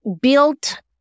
built